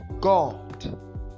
God